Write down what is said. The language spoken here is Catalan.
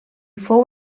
fou